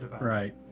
Right